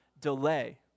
delay